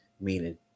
meaning